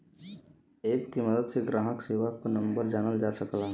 app के मदद से ग्राहक सेवा क नंबर जानल जा सकला